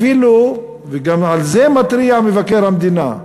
אפילו, וגם על זה מתריע מבקר המדינה,